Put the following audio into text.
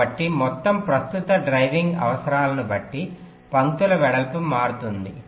కాబట్టి మొత్తం ప్రస్తుత డ్రైవింగ్ అవసరాలను బట్టి పంక్తుల వెడల్పు మారుతుంది